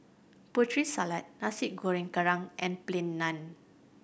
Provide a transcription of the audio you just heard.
Putri Salad Nasi Goreng Kerang and Plain Naan